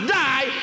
die